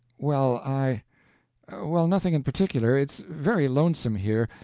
well, i well, nothing in particular. it's very lonesome here.